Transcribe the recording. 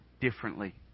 differently